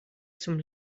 zum